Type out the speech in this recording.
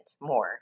more